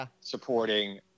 supporting